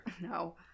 No